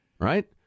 Right